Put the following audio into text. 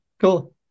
cool